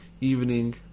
evening